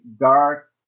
dark